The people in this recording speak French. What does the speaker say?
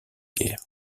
guerre